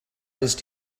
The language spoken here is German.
ist